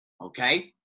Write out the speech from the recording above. okay